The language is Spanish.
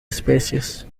especies